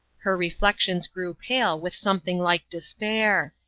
her reflections grew pale with something like despair.